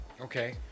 Okay